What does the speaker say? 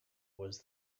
was